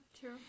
true